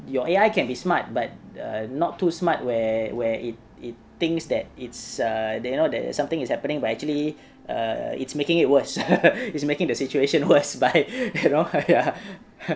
your A_I can be smart but err not too smart where where it it thinks that it's err they know that something is happening but actually err it's making it worse it's making the situation worse by you know by ah